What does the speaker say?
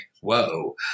Whoa